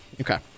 Okay